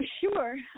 Sure